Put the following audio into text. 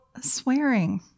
swearing